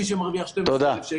מי שמרוויח 12,000 שקל,